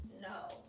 No